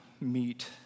meet